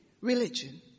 religion